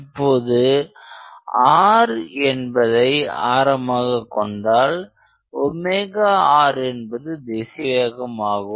இப்போது r என்பதை ஆரமாக கொண்டால் rஎன்பது திசைவேகம் ஆகும்